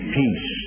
peace